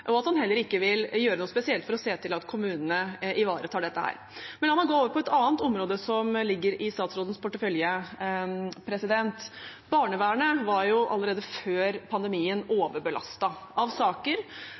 og at han heller ikke vil gjøre noe spesielt for å se til at kommunene ivaretar dette. Men la meg gå over på et annet område som ligger i statsrådens portefølje. Barnevernet var allerede før pandemien